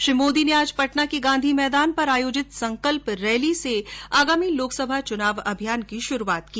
श्री मोदी ने आज पटना के गांधी मैदान पर आयोजित संकल्प रैली से आगामी लोकसभा चुनाव अभियान की शुरूआत की